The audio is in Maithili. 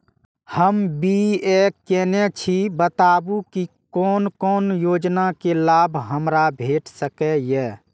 हम बी.ए केनै छी बताबु की कोन कोन योजना के लाभ हमरा भेट सकै ये?